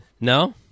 No